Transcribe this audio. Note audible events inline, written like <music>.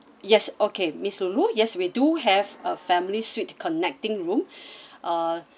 yes okay miss loulou yes we do have a family suite connecting room <breath> uh